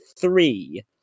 three